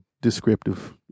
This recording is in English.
descriptive